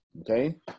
okay